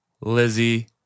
Lizzie